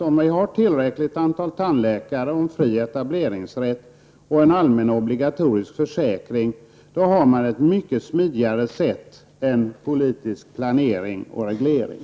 Om vi har ett tillräckligt antal tandläkare, fri etableringsrätt och en allmän obligatorisk tandvårdsförsäkring, blir det mycket smidigare än med politisk planering och reglering.